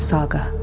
Saga